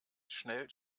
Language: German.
schnell